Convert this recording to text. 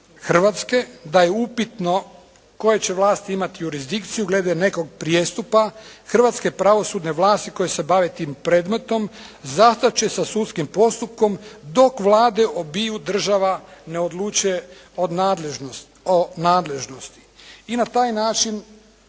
Hrvatske da je upitno koje će vlasti imati jurisdikciju glede nekog prijestupa hrvatske pravosudne vlasti koje se bave tim predmetom zastat će sa sudskim postupkom dok vlade obiju država ne odluče o nadležnosti i na taj način